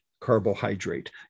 carbohydrate